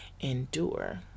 endure